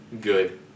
good